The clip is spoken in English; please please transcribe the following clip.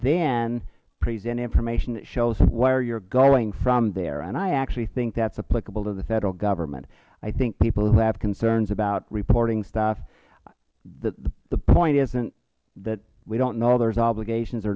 then present information that shows where you are going from there and i actually think that is applicable to the federal government i think people who have concerns about reporting stuff the point isnt that we dont know there are obligations are